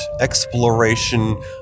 exploration